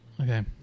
Okay